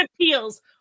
appeals